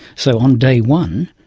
so on day one,